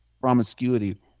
promiscuity